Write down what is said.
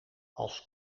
als